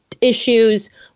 issues